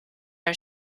are